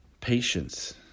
Patience